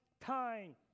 time